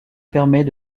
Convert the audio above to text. permet